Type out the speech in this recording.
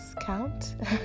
count